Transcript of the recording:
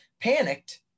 panicked